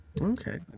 Okay